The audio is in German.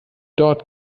dort